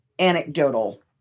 anecdotal